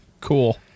Cool